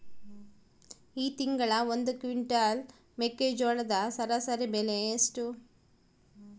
ಈ ತಿಂಗಳ ಒಂದು ಕ್ವಿಂಟಾಲ್ ಮೆಕ್ಕೆಜೋಳದ ಸರಾಸರಿ ಬೆಲೆ ಎಷ್ಟು?